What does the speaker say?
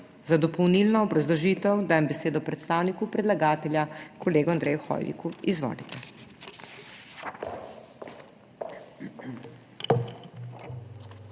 Za dopolnilno obrazložitev dajem besedo predstavniku predlagatelja kolegu Andreju Hoiviku. Izvolite.